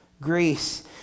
Grace